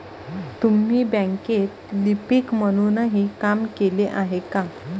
तुम्ही बँकेत लिपिक म्हणूनही काम केले आहे का?